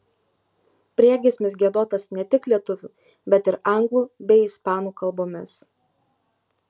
priegiesmis giedotas ne tik lietuvių bet ir anglų bei ispanų kalbomis